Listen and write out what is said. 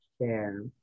share